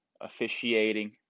officiating